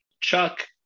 chuck